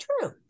true